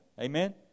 Amen